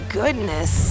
goodness